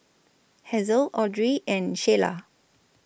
Hazle Audry and Sheyla